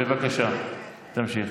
בבקשה, תמשיך.